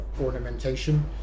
ornamentation